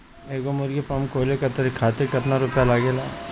एगो मुर्गी फाम खोले खातिर केतना रुपया लागेला?